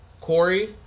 Corey